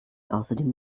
außerdem